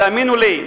תאמינו לי,